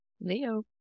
Leo